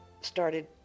started